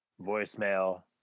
voicemail